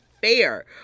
fair